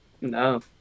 no